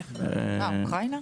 מאוקראינה?